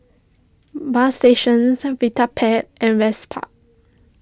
Bagstationz Vitapet and Vespa